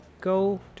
go